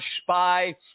spy